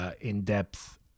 in-depth